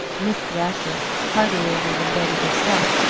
miss thrasher, hardly older than betty herself,